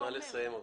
נא לסיים.